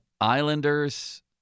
Islanders